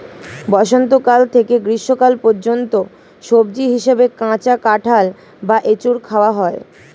বসন্তকাল থেকে গ্রীষ্মকাল পর্যন্ত সবজি হিসাবে কাঁচা কাঁঠাল বা এঁচোড় খাওয়া হয়